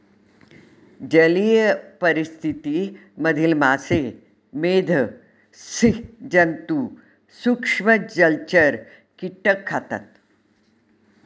जलीय परिस्थिति मधील मासे, मेध, स्सि जन्तु, सूक्ष्म जलचर, कीटक खातात